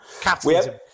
Capitalism